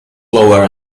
lower